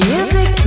Music